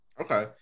Okay